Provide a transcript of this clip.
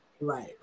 Right